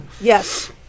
yes